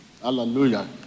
Hallelujah